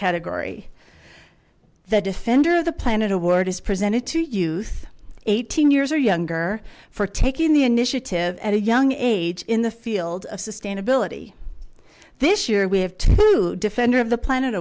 category the defender of the planet award is presented to youth eighteen years or younger for taking the initiative at a young age in the field of sustainability this year we have defender of the planet